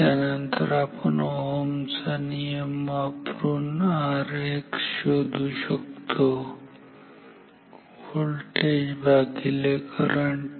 तर त्यानंतर ओहमचा नियम वापरून आपण Rx शोधू शकतो व्होल्टेज भागिले करंट